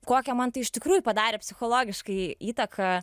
kokią man tai iš tikrųjų padarė psichologiškai įtaką